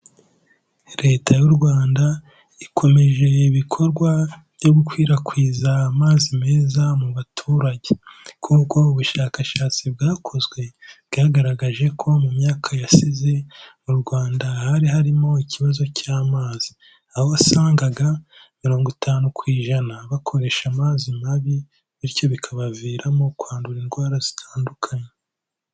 Leta y'u Rwanda, ikomeje ibikorwa byo gukwirakwiza amazi meza mu baturage kuko ubushakashatsi bwakozwe, bwagaragaje ko mu myaka yasize, mu Rwanda hari harimo ikibazo cy'amazi. Aho wasangagaga mirongo itanu ku ijana, bakoresha amazi mabi bityo bikabaviramo kwandura indwara zitandukanye.